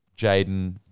Jaden